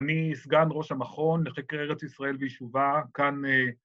‫אני סגן ראש המכון ‫לחקר ארץ ישראל ויישובה כאן...